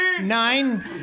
Nine